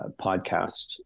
podcast